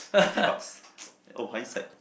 fifty bucks oh hi sack